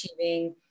achieving